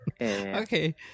Okay